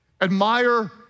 admire